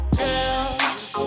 girls